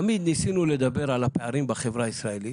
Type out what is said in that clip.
תמיד ניסינו לדבר על הפערים בחברה הישראלית.